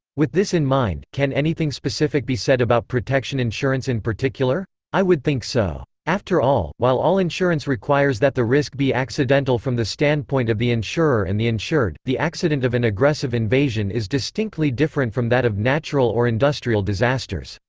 with this in mind, can anything specific be said about protection insurance in particular? i would think so. after all, while all insurance requires that the risk be accidental from the standpoint of the insurer and the insured, the accident of an aggressive invasion is distinctly different from that of natural or industrial disasters.